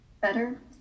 better